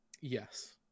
Yes